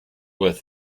with